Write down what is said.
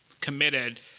committed